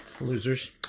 Losers